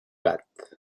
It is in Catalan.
gat